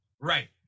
Right